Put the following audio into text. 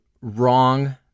wrong